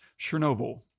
Chernobyl